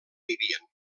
vivien